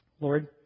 Lord